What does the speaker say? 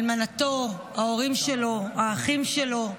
אלמנתו, ההורים שלו, האחים שלו,